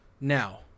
Now